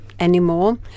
Anymore